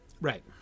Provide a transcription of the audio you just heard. right